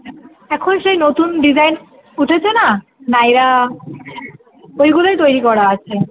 এখন সেই নতুন ডিজাইন উঠেছে না নায়রা ওইগুলোই তৈরি করা আছে